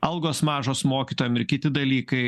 algos mažos mokytojam ir kiti dalykai